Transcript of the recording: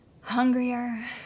hungrier